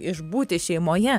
išbūti šeimoje